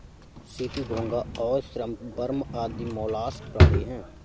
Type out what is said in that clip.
CP, घोंगा और shrimp worm आदि मौलास्क प्राणी हैं